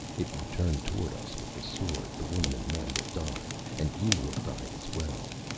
if you turn toward us with the sword, the woman and the man will die. and you will die as well.